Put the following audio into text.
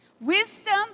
Wisdom